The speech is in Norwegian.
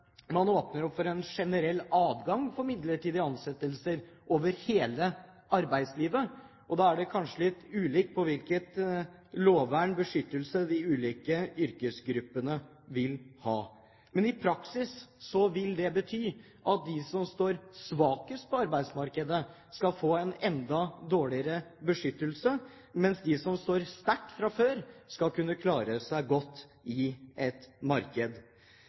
man åpner opp for en generell adgang for midlertidige ansettelser innen hele arbeidslivet, og da er det kanskje litt ulikt hvilket lovvern, beskyttelse, de ulike yrkesgruppene vil ha. Men i praksis vil det bety at de som står svakest i arbeidsmarkedet, får en enda dårligere beskyttelse, mens de som står sterkt fra før, skal kunne klare seg godt i et marked.